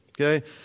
Okay